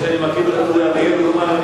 כמו שאני מכיר את אורי אריאל, הוא לא מהמוותרים.